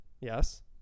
Yes